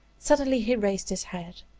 suddenly he raised his head.